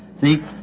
See